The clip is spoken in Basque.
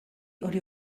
hori